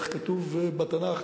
איך כתוב בתנ"ך: